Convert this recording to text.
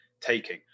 taking